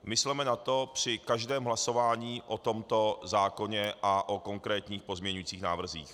Mysleme na to při každém hlasování o tomto zákoně a o konkrétních pozměňujících návrzích.